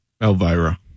Elvira